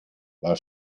war